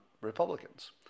Republicans